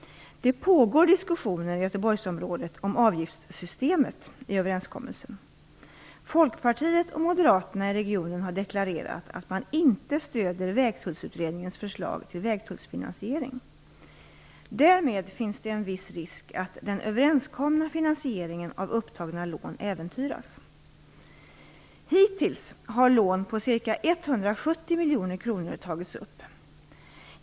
Det pågår diskussioner i Göteborgsområdet om avgiftssystemet i överenskommelsen. Folkpartiet och Moderaterna i regionen har deklarerat att man inte stöder Vägtullsutredningens förslag till vägtullfinansiering. Därmed finns det en viss risk att den överenskomna finansieringen av upptagna lån äventyras. Hittills har lån på ca 170 miljoner kronor tagits upp.